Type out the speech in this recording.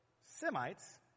Semites